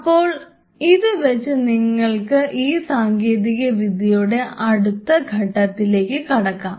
അപ്പോൾ ഇതുവെച്ച് നിങ്ങൾക്ക് ഈ സാങ്കേതികവിദ്യയുടെ അടുത്ത ഘട്ടത്തിലേക്ക് കടക്കാം